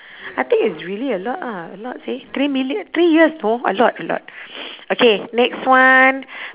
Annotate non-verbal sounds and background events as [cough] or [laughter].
I think it's really a lot ah a lot seh three million three years know a lot a lot [breath] okay next one